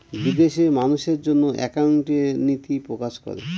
বিদেশে মানুষের জন্য একাউন্টিং এর নীতি প্রকাশ করে